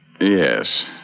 Yes